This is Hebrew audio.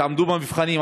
עמדו במבחנים,